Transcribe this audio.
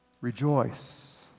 rejoice